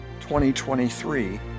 2023